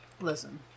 Listen